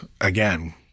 again